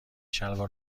شلوار